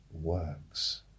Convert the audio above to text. works